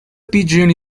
pigeon